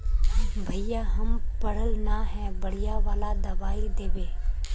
भैया हम पढ़ल न है बढ़िया वाला दबाइ देबे?